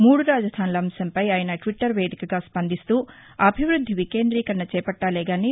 మూదు రాజధానుల అంశంపై అయన ట్విట్టర్ వేదికగా స్పందిస్తూ అభివృద్ధి వికేంద్రీకరణ చేపట్టాలి గానీ